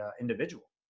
individual